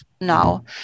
now